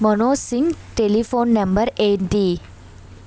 Manoj Singh telephone number ఏంటి